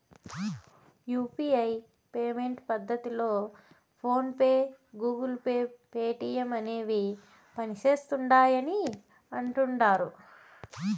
UPI payment పద్దతిలో PhonePe, Google Pay, Paytm అనేవి పనిసేస్తిండాయని అంటుడారు